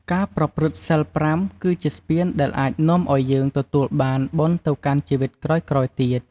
ការប្រព្រឹត្តសីលប្រាំ គឺជាស្ពានដែលអាចនាំឲ្យយើងទទួលបានបុណ្យទៅកាន់ជីវិតក្រោយៗទៀត។